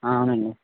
అవునండి